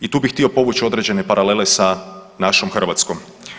I tu bih htio povući određene paralele sa našom Hrvatskom.